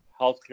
healthcare